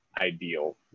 ideal